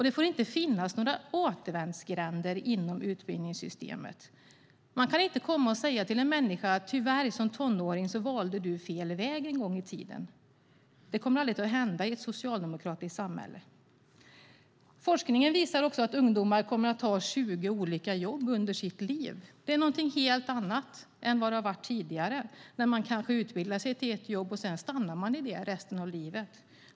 Det får inte finnas några återvändsgränder inom utbildningssystemet. Man kan inte komma och säga till en människa: Tyvärr, som tonåring valde du fel väg. Det kommer aldrig att hända i ett socialdemokratiskt samhälle. Forskningen visar också att ungdomar kommer att ha 20 olika jobb under sitt liv. Det är något helt annat än vad det har varit tidigare, då man kanske utbildade sig för ett jobb och sedan stannade i det resten av livet.